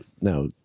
now